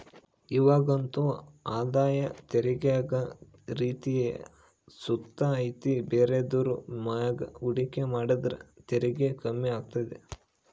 ಇವಾಗಂತೂ ಆದಾಯ ತೆರಿಗ್ಯಾಗ ರಿಯಾಯಿತಿ ಸುತ ಐತೆ ಬೇರೆದುರ್ ಮ್ಯಾಗ ಹೂಡಿಕೆ ಮಾಡಿದ್ರ ತೆರಿಗೆ ಕಮ್ಮಿ ಆಗ್ತತೆ